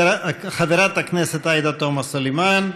חברת הכנסת עאידה תומא סלימאן.